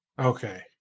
Okay